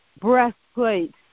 breastplate